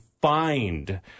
find